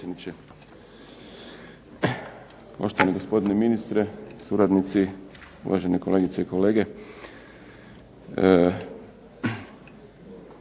Hvala